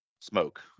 smoke